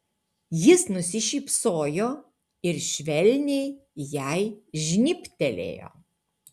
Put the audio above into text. jis nusišypsojo ir švelniai jai žnybtelėjo